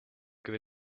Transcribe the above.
give